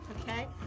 Okay